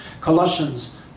Colossians